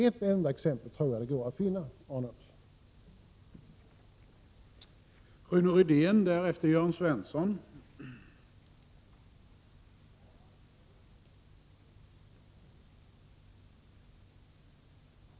Ett enda exempel tror jag alltså att det går att finna, Arne Andersson.